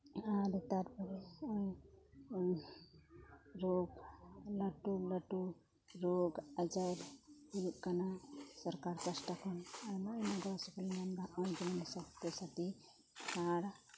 ᱟᱨ ᱛᱟᱨᱯᱚᱨᱮ ᱨᱳᱜᱽ ᱞᱟᱹᱴᱩ ᱞᱟᱹᱴᱩ ᱨᱳᱜᱽ ᱟᱡᱟᱨ ᱦᱩᱭᱩᱜ ᱠᱟᱱᱟ ᱥᱚᱨᱠᱟᱨ ᱯᱟᱦᱚᱴᱟ ᱠᱷᱚᱱ ᱟᱭᱢᱟ ᱟᱭᱢᱟ ᱜᱚᱲᱚ ᱥᱚᱯᱚᱦᱚᱫ ᱞᱮ ᱧᱟᱢᱮᱫᱟ ᱦᱚᱸᱜᱼᱚᱭ ᱡᱮᱢᱚᱱ ᱥᱟᱥᱛᱷᱚ ᱥᱟᱛᱷᱤ ᱠᱟᱨᱰ